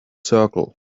circle